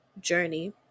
journey